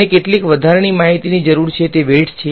અને કેટલીક વધારાની માહિતીની જરૂર છે તે વેઈટ્સ છે